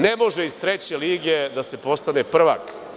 Ne može iz treće lige da se postane prvak.